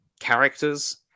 characters